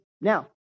Now